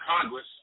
Congress